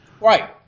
Right